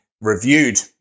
reviewed